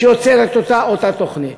שיוצרת אותה תוכנית.